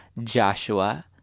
Joshua